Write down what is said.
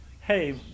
hey